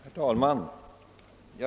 Herr talman!